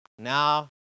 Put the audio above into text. now